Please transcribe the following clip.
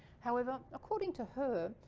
however according to her,